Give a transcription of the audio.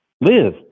Live